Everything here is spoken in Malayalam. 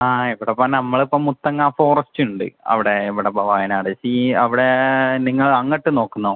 ആ ആയിക്കോട്ടെ അപ്പം നമ്മൾ ഇപ്പം മുത്തങ്ങ ഫോറസ്റ്റ് ഉണ്ട് അവിടെ ഇവിട ഇപ്പം വയനാട് ഈ അവിടെ നിങ്ങൾ അങ്ങട്ട് നോക്കുന്നോ